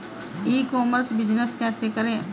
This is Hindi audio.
ई कॉमर्स बिजनेस कैसे करें?